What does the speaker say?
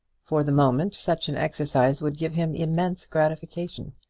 for the moment such an exercise would give him immense gratification.